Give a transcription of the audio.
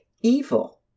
evil